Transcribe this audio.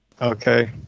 Okay